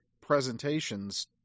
presentations